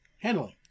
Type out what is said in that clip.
handling